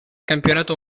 campionato